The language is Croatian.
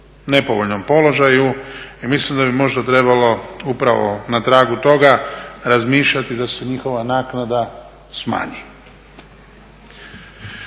nepovoljnom položaju i mislim da bi možda trebalo upravo na tragu toga razmišljati da se njihova naknada smanji.